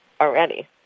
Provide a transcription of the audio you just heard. already